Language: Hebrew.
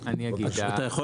נשמע